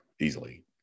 easily